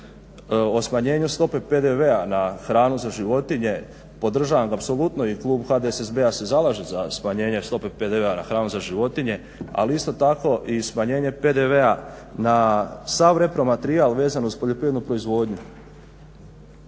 o smanjenju stope PDV-a na hranu za životinje. Podržavam apsolutno i klub HDSSB-a se zalaže za smanjenje stope PDV-a na hranu za životinje ali isto tako i smanjenje PDV-a na sav repromaterijal vezan uz poljoprivrednu proizvodnju.